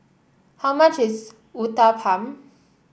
how much is Uthapam